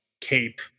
cape